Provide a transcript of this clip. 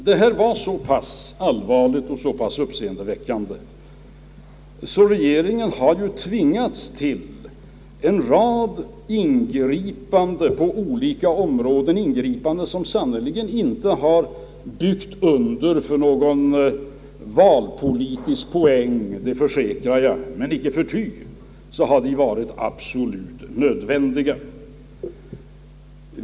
Detta var så pass allvarligt och så pass uppseendeväckande, att regeringen har tvingats till en rad ingripanden på olika områden som sannerligen inte har byggt under för någon valpolitisk poäng — det försäkrar jag — men som icke förty har varit absolut nödvändiga.